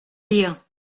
lire